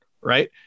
Right